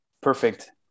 perfect